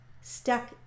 stuck